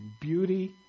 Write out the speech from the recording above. beauty